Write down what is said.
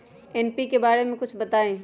NPK बारे म कुछ बताई?